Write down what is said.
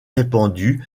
répandue